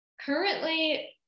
Currently